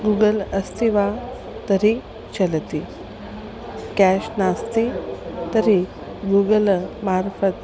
Google अस्ति वा तर्हि चलति केश् नास्ति तर्हि गूगल् मार्फ़त्